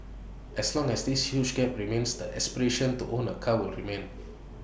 as long as this huge gap remains the aspiration to own A car will remain